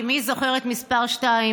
כי מי זוכר את מספר שתיים,